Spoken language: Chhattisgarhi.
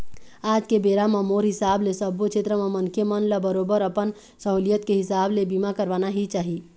आज के बेरा म मोर हिसाब ले सब्बो छेत्र म मनखे मन ल बरोबर अपन सहूलियत के हिसाब ले बीमा करवाना ही चाही